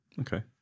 Okay